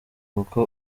kuko